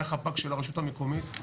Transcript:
היה חפ"ק של הרשות המקומית,